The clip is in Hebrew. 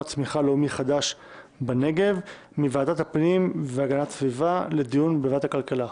צמיחה לאומי חדש בנגב" מוועדת הפנים והגנת הסביבה לדיון בוועדת הכלכלה.